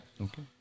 Okay